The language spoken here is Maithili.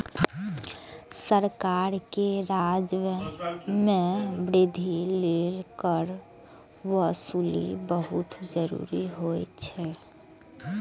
सरकार के राजस्व मे वृद्धि लेल कर वसूली बहुत जरूरी होइ छै